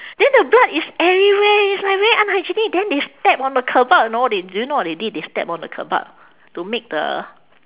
then the blood is everywhere it's like very unhygienic then they step on the kebab you know they do you know what they did they step on the kebab to make the